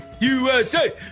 USA